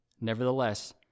Nevertheless